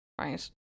Right